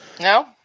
No